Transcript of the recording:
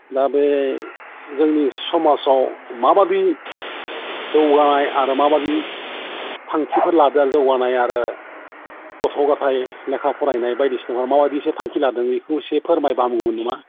दा बे जोंनि समाजाव माबायदि जोगानाय आरो माबायदि थांखिफोर लादों जौगानाय आरो गथ' गथाय लेखा फरायनाय बायदिसिना माबायदि नोंसोर थांखि लादों बेखौ एसे फोरमायबा हामगौमोन नामा